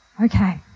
Okay